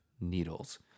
needles